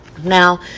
Now